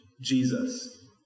Jesus